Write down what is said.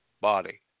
body